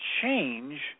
change